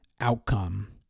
outcome